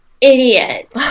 idiot